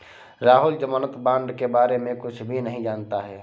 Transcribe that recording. राहुल ज़मानत बॉण्ड के बारे में कुछ भी नहीं जानता है